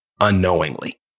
unknowingly